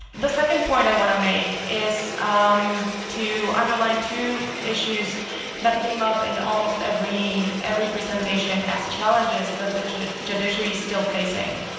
the second point i want to make is um to underline two issues that came up in almost every every presentation as challenges that the judiciary is still facing.